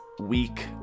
week